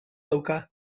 dauka